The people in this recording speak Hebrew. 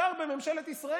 שר בממשלת ישראל,